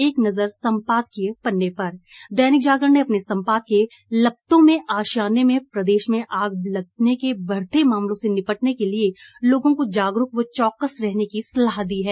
एक नज़र सम्पादकीय पन्ने पर दैनिक जागरण ने अपने संपादकीय लपटों में आशियाने में प्रदेश में आग लगने के बढ़ते मामलों से निपटने के लिए लोगों को जागरूक व चौकस रहने की सलाह दी है